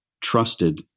trusted